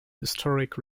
historic